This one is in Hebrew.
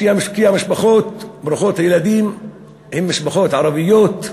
כי המשפחות ברוכות הילדים הן משפחות ערביות,